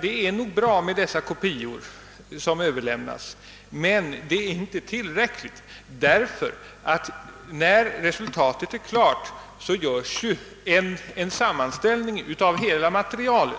Det är nog bra att dessa kopior överlämnas, men det är inte tillräckligt, ty när resultatet är klart görs en sammanställning av hela materialet.